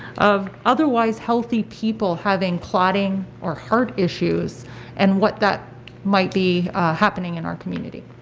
of otherwise healthy people having clotting or heart issues and what that might be happening in our community.